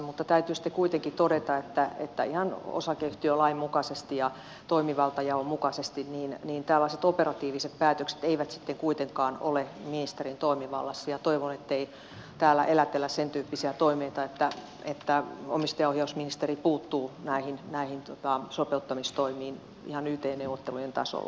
mutta täytyy sitten kuitenkin todeta että ihan osakeyhtiölain mukaisesti ja toimivaltajaon mukaisesti tällaiset operatiiviset päätökset eivät sitten kuitenkaan ole ministerin toimivallassa ja toivon ettei täällä elätellä sen tyyppisiä toiveita että omistajaohjausministeri puuttuu näihin sopeuttamistoimiin ihan yt neuvottelujen tasolla